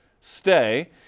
stay